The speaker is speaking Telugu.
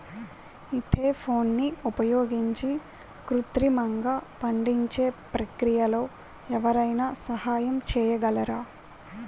ఈథెఫోన్ని ఉపయోగించి కృత్రిమంగా పండించే ప్రక్రియలో ఎవరైనా సహాయం చేయగలరా?